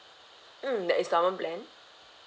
mm the instalment plan